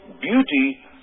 beauty